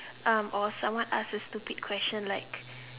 or someone why ask a stupid question like